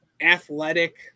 athletic